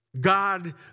God